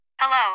Hello